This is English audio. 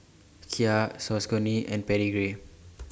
Kia Saucony and Pedigree